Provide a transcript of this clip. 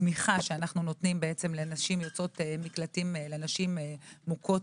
בתמיכה שאנו נותנים לנשים יוצאות מקלטים נשים מוכות